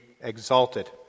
exalted